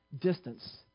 Distance